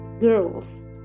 girls